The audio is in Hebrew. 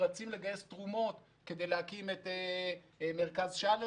רצים לגייס תרומות כדי להקים את מרכז שאלר